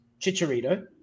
Chicharito